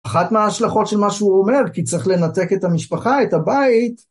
אחת מההשלכות של מה שהוא אומר, כי צריך לנתק את המשפחה, את הבית.